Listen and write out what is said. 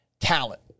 talent